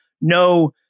no